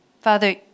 Father